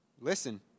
Listen